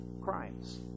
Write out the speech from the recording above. crimes